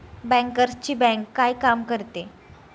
बँकर्सची बँक काय काम करते?